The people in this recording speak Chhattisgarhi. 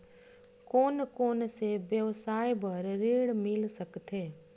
कोन कोन से व्यवसाय बर ऋण मिल सकथे?